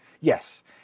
Yes